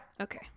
Okay